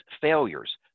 failures